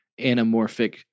anamorphic